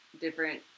different